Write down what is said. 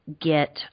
get –